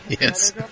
Yes